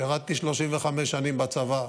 שירתי 35 שנים בצבא,